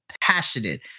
passionate